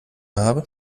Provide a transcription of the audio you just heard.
habe